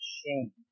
shame